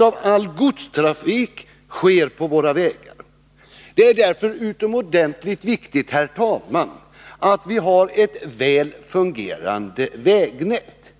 av all godstrafik. Det är därför utomordentligt viktigt, herr talman, att vi har ett väl fungerande vägnät.